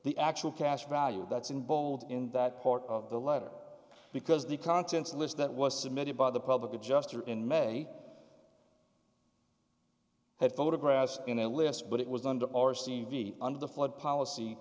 the actual cash value that's in bold in that part of the letter because the contents list that was submitted by the public adjuster in may had photographs in a list but it was under our stevie under the flood policy